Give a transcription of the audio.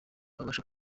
babasha